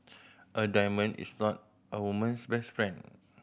a diamond is not a woman's best friend